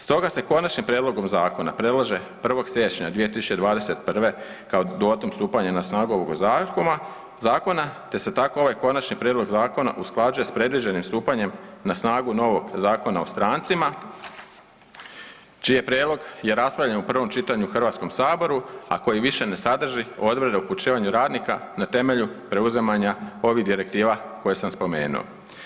Stoga se končanim prijedlogom zakona predlaže 1. siječnja 2021. kao dodatno stupanjem na snagu ovoga zakona te se tako ovaj konačni prijedlog zakona usklađuje s predviđenim stupanjem na snagu novog Zakona o strancima čiji prijedlog je raspravljen u prvom čitanju u HS-u a koji više ne sadrži odredbe o upućivanju radnika na temelju preuzimanja ovih direktiva koje sam spomenuo.